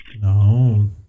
No